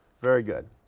very good,